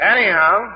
Anyhow